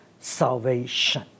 salvation